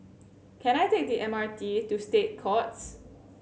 can I take the M R T to State Courts